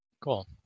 Cool